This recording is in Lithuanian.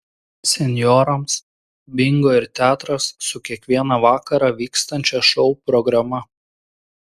senjorams bingo ir teatras su kiekvieną vakarą vykstančia šou programa